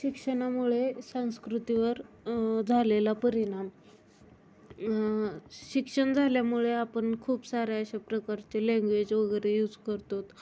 शिक्षणामुळे संस्कृतीवर झालेला परिणाम शिक्षण झाल्यामुळे आपण खूप साऱ्या अशा प्रकारचे लँग्वेज वगैरे यूज करतो